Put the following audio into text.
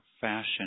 fashion